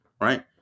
right